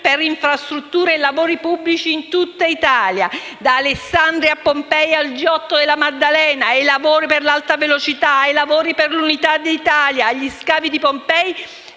per infrastrutture e lavori pubblici in tutta Italia, da Alessandria, a Pompei, al G8 della Maddalena, ai lavori per l'Alta velocità, ai lavori per l'Unità d'Italia, fino